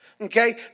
Okay